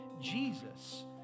Jesus